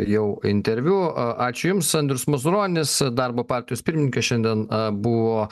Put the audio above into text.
jau interviu ačiū jums andrius mazuronis darbo partijos pirmininkas šiandien buvo